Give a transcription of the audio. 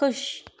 ख़ुशि